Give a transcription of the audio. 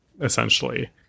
essentially